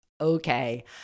okay